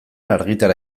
argitara